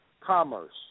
commerce